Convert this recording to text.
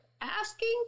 asking